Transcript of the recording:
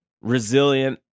resilient